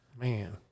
man